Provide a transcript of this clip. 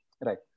Right